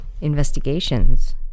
investigations